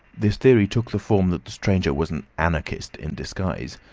this theory took the form that the stranger was an anarchist in disguise,